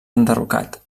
enderrocat